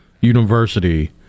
university